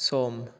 सम